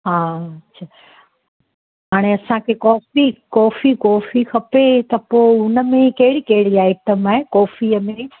हा अछा हाणे असांखे कॉफ़ी कॉफ़ी कॉफ़ी खपे त पोइ उनमें कहिड़ी कहिड़ी आइटम आहे कॉफ़ीअ में